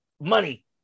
money